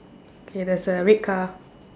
k there's a red car